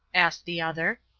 asked the other.